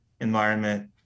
environment